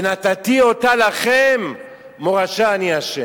ונתתי אֹתה לכם מורשה, אני ה'".